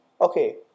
Okay